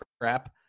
crap